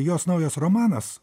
jos naujas romanas